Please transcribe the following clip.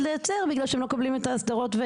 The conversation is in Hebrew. לייצר בגלל שהם לא מקבלים את האסדרות.